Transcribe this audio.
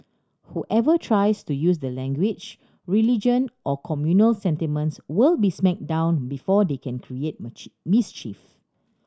whoever tries to use the language religion or communal sentiments will be smacked down before they can create mischief